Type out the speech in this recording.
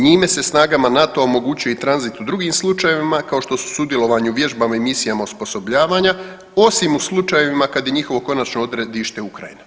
Njime se snagama NATO-a omogućuje i tranzit u drugim slučajevima kao što sudjelovanje u vježbama i misijama osposobljavanja osim u slučajevima kad je njihovo konačno odredište Ukrajina.